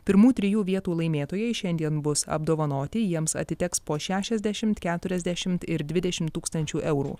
pirmų trijų vietų laimėtojai šiandien bus apdovanoti jiems atiteks po šešiasdešimt keturiasdešimt ir dvidešimt tūkstančių eurų